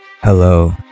Hello